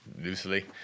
loosely